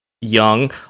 young